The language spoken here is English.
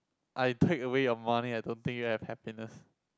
I take away your money I don't think you'll have happiness